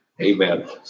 Amen